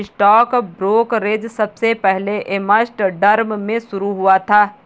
stock brokerage सबसे पहले Amsterdam में शुरू हुआ था